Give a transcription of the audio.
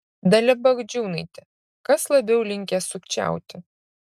dalia bagdžiūnaitė kas labiau linkęs sukčiauti